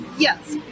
Yes